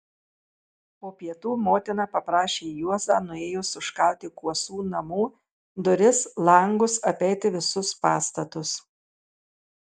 po pietų motina paprašė juozą nuėjus užkalti kuosų namų duris langus apeiti visus pastatus